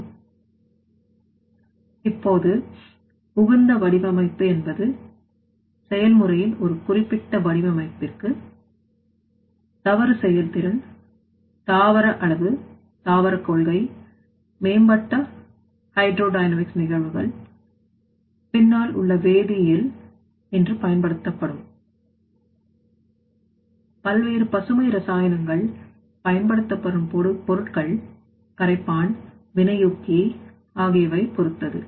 refer Slide Time 4401 இப்போது உகந்த வடிவமைப்பு என்பது செயல்முறையில் ஒரு குறிப்பிட்ட வடிவமைப்பிற்கு தவறு செயல்திறன் தாவர அளவு தாவர கொள்கை மேம்பட்ட ஹைட்ரோ டைனமிக்ஸ் நிகழ்வுகள் பின்னால் உள்ள வேதியியல் இன்று பயன்படுத்தப்படும் பல்வேறுபசுமை ரசாயனங்கள் பயன்படுத்தப்படும் பொருட்கள் கரைப்பான் வினையூக்கி ஆகியவை பொருத்தது